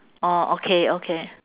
orh okay okay